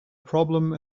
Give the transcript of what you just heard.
problem